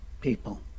people